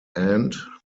end